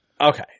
Okay